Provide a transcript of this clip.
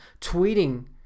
Tweeting